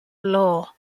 law